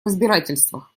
разбирательствах